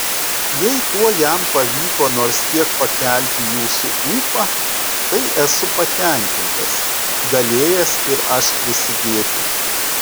jei tuo jam pavyko nors kiek pakelti jūsų ūpą tai esu patenkintas galėjęs ir aš prisidėti